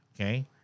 okay